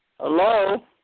Hello